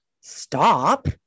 stop